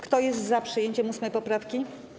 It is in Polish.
Kto jest za przyjęciem 8. poprawki?